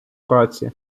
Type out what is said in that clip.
праці